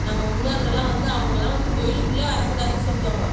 நம்ம முன்னோர்களெலாம் வந்து அவங்கள்லாம் கோவிலுக்குள்ளே வரக்கூடாதுன்னு சொல்வாங்கோ